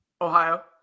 Ohio